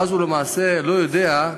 ואז הוא למעשה לא יודע,